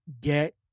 get